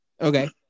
Okay